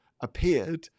appeared